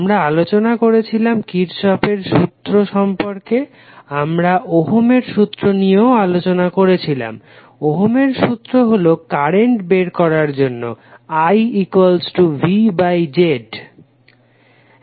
আমরা আলোচনা করেছিলাম কির্শফের সূত্র Kirchhoff's law সম্পর্কে আমরা ওহমের সূত্র Ohm's law নিয়েও আলোচনা করেছিলাম ওহমের সূত্র হলো কারেন্ট বের করার জন্য IVZ